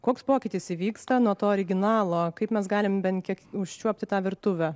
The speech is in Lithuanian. koks pokytis įvyksta nuo to originalo kaip mes galim bent kiek užčiuopti tą virtuvę